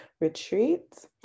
retreats